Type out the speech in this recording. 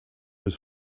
was